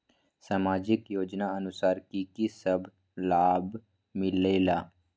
समाजिक योजनानुसार कि कि सब लाब मिलीला?